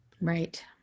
right